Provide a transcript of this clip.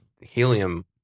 Helium